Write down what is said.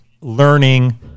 learning